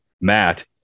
Matt